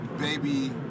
baby